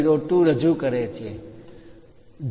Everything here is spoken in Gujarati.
02 રજૂ કરે છે